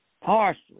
Parsley